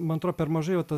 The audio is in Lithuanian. man atrodo per mažai va ta